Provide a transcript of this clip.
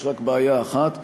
יש רק בעיה אחת: